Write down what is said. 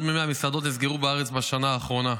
מ-100 מסעדות נסגרו בארץ בשנה האחרונה.